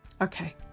Okay